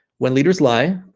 when leaders lie,